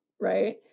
right